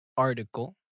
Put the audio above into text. article